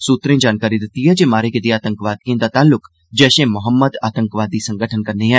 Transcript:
सूत्रै जानकारी दिती ऐ जे मारे गेदे आतंकवादियें दा ताल्क जैश ए मोहम्मद आतंकी संगठन कन्नै ऐ